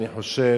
אני חושב